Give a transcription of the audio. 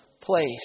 place